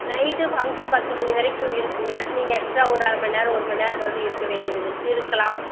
night function பத்து மணி வரைக்கும் இருக்குங்க நீங்கள் எக்ஸ்ட்டா ஒரு அரை மணி நேரம் ஒரு மணி நேரம் மறுபடியும் இருக்க வேண்டியது இரு இருக்கலாம்